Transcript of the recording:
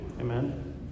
Amen